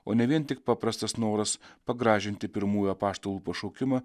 o ne vien tik paprastas noras pagražinti pirmųjų apaštalų pašaukimą